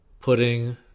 putting